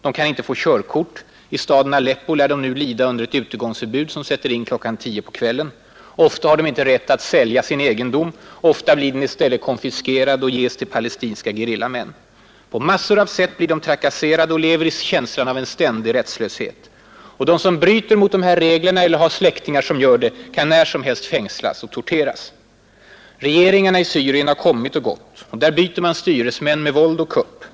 De kan inte få körkort. I staden Aleppo lär de nu lida under ett utegångsförbud som sätter in klockan 10 på kvällen. Ofta har de inte rätt att sälja sin egendom — ofta blir den i stället konfiskerad och ges till palestinska gerillamän. På massor av sätt blir de trakasserade och lever i känslan av en ständig rättslöshet. De som bryter mot dessa regler, eller har släktingar som gör det, kan när som helst fängslas och torteras. Regeringarna i Syrien har kommit och gått. Där byter man styresmän med våld och kupp.